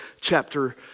chapter